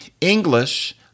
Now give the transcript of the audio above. English